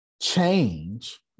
change